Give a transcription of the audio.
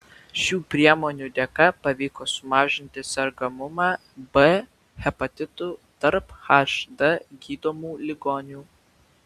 šių priemonių dėka pavyko sumažinti sergamumą b hepatitu tarp hd gydomų ligonių